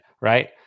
right